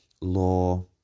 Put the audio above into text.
law